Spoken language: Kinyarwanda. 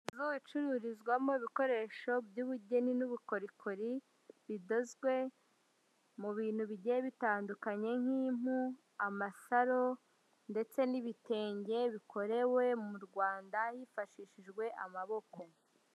Inzu icururizwamo ibikoresho by'ubugeni n'ubukorikori, bidozwe mu bintu bigiye bitandukanye nk'impu, amasaro ndetse n'ibitenge bikorewe mu Rwanda hifashishijwe amaboko.